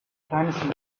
kleines